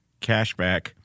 cashback